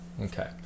okay